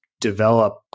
develop